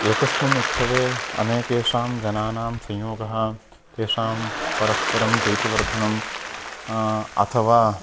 एकस्मिन् उत्सवे अनेकेषां जनानां संयोगः तेषां परस्परं प्रीतिवर्धनम् अथवा